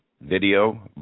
video